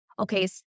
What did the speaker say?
Okay